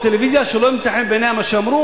טלוויזיה שלא ימצא חן בעיניה מה שאמר,